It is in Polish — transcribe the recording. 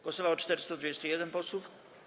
Głosowało 421 posłów.